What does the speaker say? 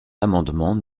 l’amendement